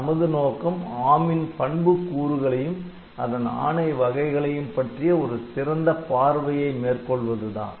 நமது நோக்கம் ARM ன் பண்புக் கூறுகளையும் அதன் ஆணை வகைகளையும் பற்றிய ஒரு சிறந்த பார்வையை மேற்கொள்வதுதான்